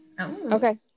Okay